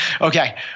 Okay